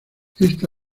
esta